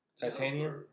Titanium